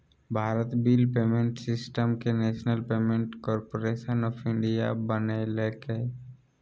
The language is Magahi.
भारत बिल पेमेंट सिस्टम के national payments corporation of India बनैल्कैय